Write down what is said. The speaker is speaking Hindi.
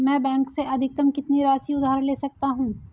मैं बैंक से अधिकतम कितनी राशि उधार ले सकता हूँ?